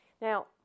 Now